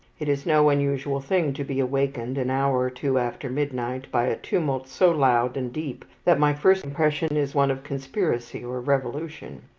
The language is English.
it is no unusual thing to be awakened, an hour or two after midnight, by a tumult so loud and deep that my first impression is one of conspiracy or revolution.